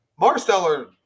Marsteller